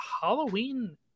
Halloween